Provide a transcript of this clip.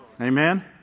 Amen